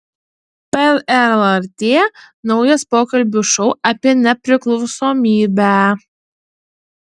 per lrt naujas pokalbių šou apie nepriklausomybę